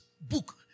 book